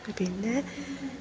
പിന്നെ